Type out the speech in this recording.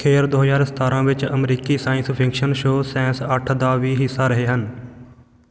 ਖੇਰ ਦੋ ਹਜ਼ਾਰ ਸਤਾਰਾਂ ਵਿੱਚ ਅਮਰੀਕੀ ਸਾਇੰਸ ਫਿਕਸ਼ਨ ਸ਼ੋਅ ਸੈਂਸ ਅੱਠ ਦਾ ਵੀ ਹਿੱਸਾ ਰਹੇ ਹਨ